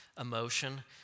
emotion